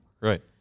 Right